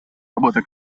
работа